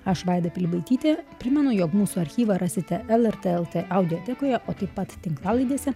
aš vaida pilibaitytė primenu jog mūsų archyvą rasite lrt el audiotekoje o taip pat tinklalaidėse